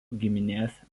giminės